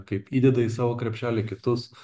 kaip įdeda į savo krepšelį kitus